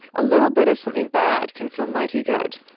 a little bit of something bad can feel mighty good.